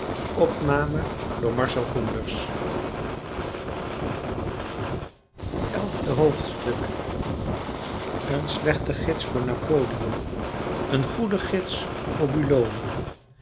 elfde hoofdstuk een slechte gids voor napoleon een goede gids voor